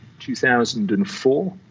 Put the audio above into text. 2004